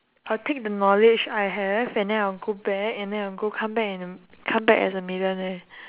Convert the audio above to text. I'll take the knowledge I have and then I'll go back and then I'll go come back and come back as a millionaire